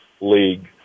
league